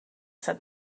said